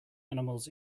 animals